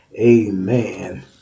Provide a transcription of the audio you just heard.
Amen